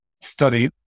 study